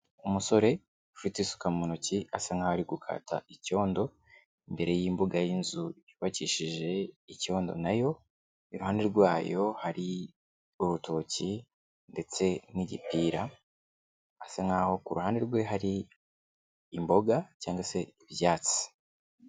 Umusore ufite isuka mu ntoki asa nkaho ari gukata icyondo, imbere y'imbuga y'inzu yubakishije icyondo na yo, iruhande rwayo hari urutoki ndetse n'igipira, asa nkaho ku ruhande rwe hari imboga cyangwa se ibyatsi.